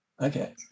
Okay